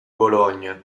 bologna